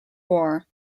war